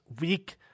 week